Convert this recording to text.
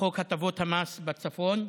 חוק הטבות המס בצפון,